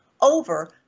over